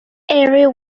erie